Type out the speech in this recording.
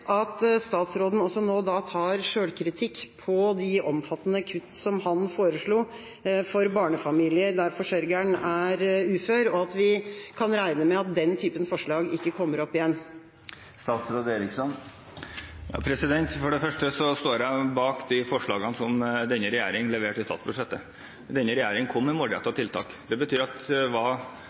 at statsråden nå tar sjølkritikk på de omfattende kutt som han foreslo for barnefamilier der forsørgeren er ufør, og at vi kan regne med at den typen forslag ikke kommer opp igjen? For det første står jeg bak de forslagene som denne regjeringen leverte i statsbudsjettet. Denne regjeringen kom med målrettede tiltak. Det betyr at